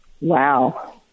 Wow